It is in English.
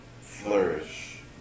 flourish